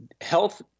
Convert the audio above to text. health